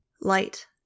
Light